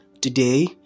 today